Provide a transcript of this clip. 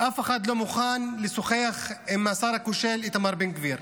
אף אחד לא מוכן לשוחח עם השר הכושל איתמר בן גביר,